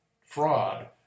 fraud